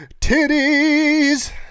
titties